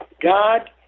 God